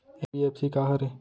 NBFC का हरे?